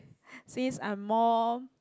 since I'm more